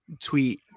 tweet